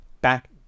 back